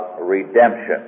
redemption